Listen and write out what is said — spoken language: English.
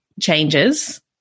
changes